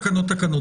תקנות.